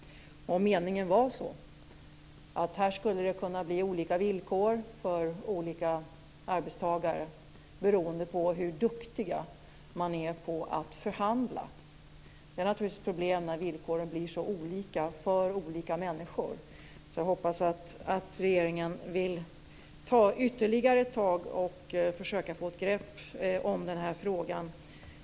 Var meningen den att det skulle kunna bli olika villkor för olika arbetstagare beroende på hur duktig man är på att förhandla? Det är naturligtvis problematiskt när villkoren blir så olika för olika människor. Jag hoppas att regeringen vill ta ytterligare tag för att försöka få ett grepp om den här frågan.